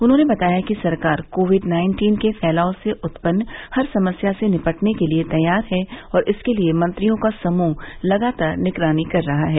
उन्होंने बताया कि सरकार कोविड नाइनटीन के फैलाव से उत्पन्न हर समस्या से निपटने के लिए तैयार है और इसके लिए मंत्रियों का समूह लगातार निगरानी कर रहा है